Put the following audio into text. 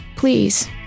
Please